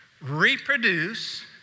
reproduce